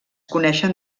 coneixen